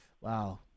Wow